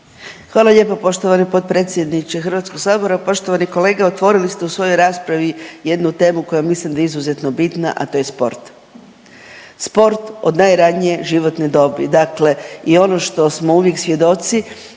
Hvala lijepo poštovani potpredsjedniče Hrvatskog sabora. Poštovani kolega otvorili ste u svojoj raspravi jednu temu koja mislim da je izuzetno bitna, a to je sport. Sport od najranije životne dobi. Dakle, i ono što smo uvijek svjedoci